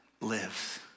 lives